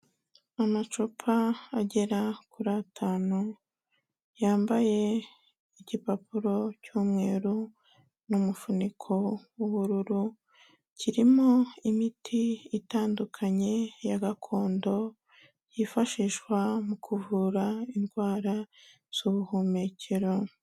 Amacupa agera kuri atanu, yambaye igipapuro cy'umweru n'umufuniko w'ubururu, kirimo imiti itandukanye ya gakondo, yifashishwa mu kuvura indwara z'ubuhumekero.